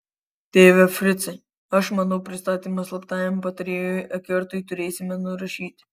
tėve fricai aš manau pristatymą slaptajam patarėjui ekertui turėsime nurašyti